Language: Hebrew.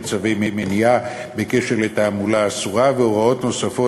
צווי מניעה בקשר לתעמולה אסורה והוראות נוספות,